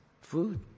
food